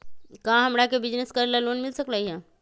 का हमरा के बिजनेस करेला लोन मिल सकलई ह?